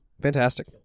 fantastic